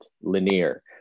linear